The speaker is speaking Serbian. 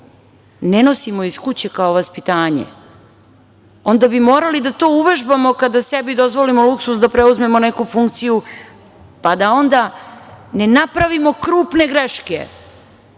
ne nosimo iz kuće, kao vaspitanje, onda bi to morali da uvežbamo, kada sebi dozvolimo luksuz da preuzmemo neku funkciju, pa da onda ne napravimo krupne greške,